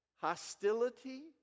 hostility